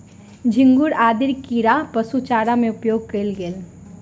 झींगुर आदि कीड़ा पशु चारा में उपयोग कएल गेल